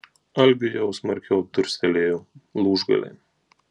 algiui jau smarkiau durstelėjo lūžgaliai